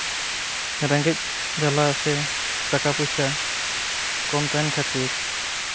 ᱨᱮᱸᱜᱮᱡ ᱡᱟᱞᱟ ᱥᱮ ᱴᱟᱠᱟ ᱯᱚᱭᱥᱟ ᱠᱚᱢ ᱛᱟᱦᱮᱱ ᱠᱷᱟᱹᱛᱤᱨ